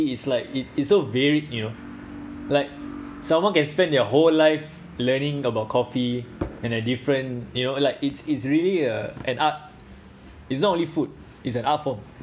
it's like it it's so varied you know like someone can spend their whole life learning about coffee and a different you know like it's it's really a an art it's not only food is an art form